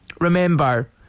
Remember